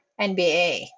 NBA